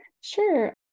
Sure